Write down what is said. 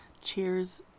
cheers